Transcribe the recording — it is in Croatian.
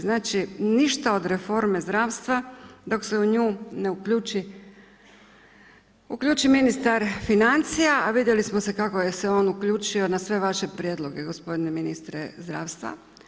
Znači, ništa od reforme zdravstva dok se u nju ne uključi ministar financija, a vidjeli smo se kako se je on uključio na sve vaše prijedloge gospodine ministre zdravstva.